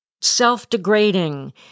self-degrading